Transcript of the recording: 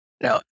No